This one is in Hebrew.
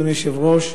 אדוני היושב-ראש,